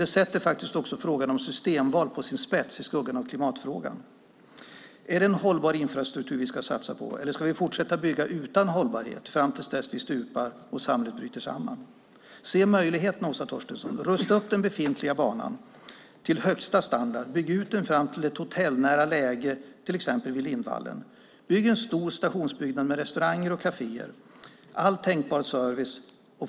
Det sätter frågan om systemval på sin spets i skuggan av klimatfrågan. Är det en hållbar infrastruktur vi ska satsa på eller ska vi fortsätta att bygga utan hållbarhet tills vi stupar och samhället bryter samman? Se möjligheten, Åsa Torstensson! Rusta upp den befintliga banan till högsta standard. Bygg ut den fram till ett hotellnära läge, till exempel vid Lindvallen. Bygg en stor stationsbyggnad med restauranger, kaféer och all tänkbar service.